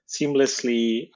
seamlessly